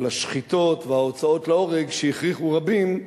על השחיטות וההוצאות להורג שהכריחו רבים,